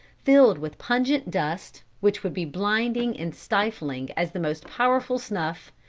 filled with pungent dust, which would be blinding and stifling as the most powerful snuff,